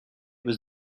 was